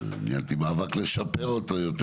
ניהלי מאבק לשפר את זה יותר.